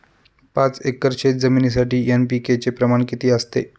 पाच एकर शेतजमिनीसाठी एन.पी.के चे प्रमाण किती असते?